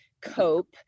cope